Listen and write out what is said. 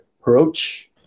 approach